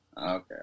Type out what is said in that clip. Okay